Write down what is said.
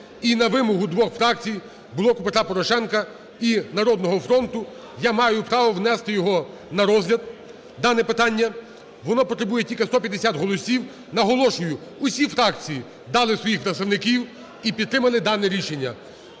І на вимогу двох фракцій "Блоку Петра Порошенка" і "Народного фронту", я маю право внести його на розгляд дане питання, воно потребує тільки 150 голосів. Наголошую: усі фракції дали своїх представників і підтримали дане рішення.